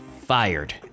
fired